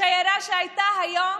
השיירה שהייתה היום